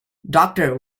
doctor